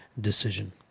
decision